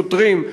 שוטרים,